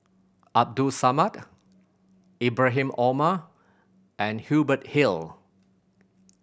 Abdul Samad Ibrahim Omar and Hubert Hill